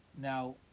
Now